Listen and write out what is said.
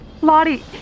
Lottie